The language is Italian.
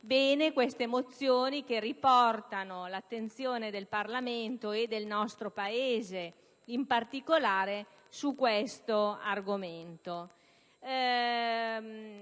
per queste mozioni che riportano l'attenzione del Parlamento, e del nostro Paese in particolare, su questo argomento.